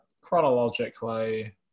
chronologically